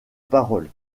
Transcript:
parole